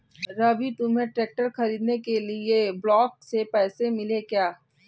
रवि तुम्हें ट्रैक्टर खरीदने के लिए ब्लॉक से पैसे मिले क्या?